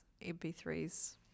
MP3s